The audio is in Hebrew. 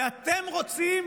ואתם רוצים